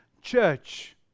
church